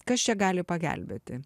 kas čia gali pagelbėti